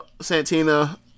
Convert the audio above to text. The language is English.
Santina